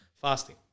Fasting